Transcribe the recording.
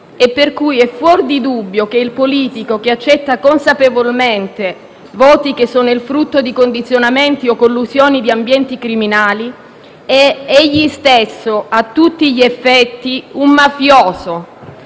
per cui è fuor di dubbio che il politico che accetta consapevolmente voti che sono il frutto di condizionamenti o collusioni di ambienti criminali è egli stesso, a tutti gli effetti, un mafioso.